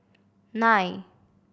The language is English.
nine